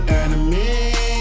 enemy